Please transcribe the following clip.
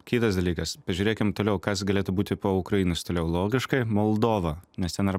kitas dalykas pažiūrėkim toliau kas galėtų būti po ukrainos toliau logiškai moldova nes ten yra